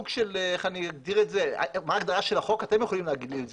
מה ההגדרה של החוק אתם יכולים להגיד לי.